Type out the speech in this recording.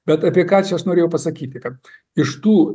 bet apie ką čia aš norėjau pasakyti kad iš tų